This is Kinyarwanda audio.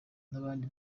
n’abandi